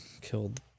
Killed